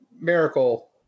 miracle